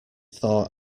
thaw